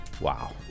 Wow